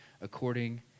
according